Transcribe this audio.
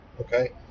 okay